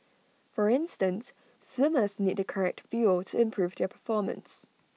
for instance swimmers need the correct fuel to improve their performance